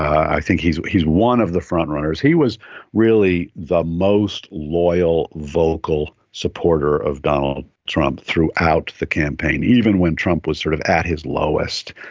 i think he's he's one of the frontrunners. he was really the most loyal vocal supporter of donald trump throughout the campaign, even when trump was sort of at his lowest.